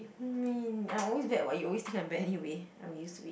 I mean I'm always bad [what] you always think I'm bad anyway I'm used to it